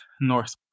north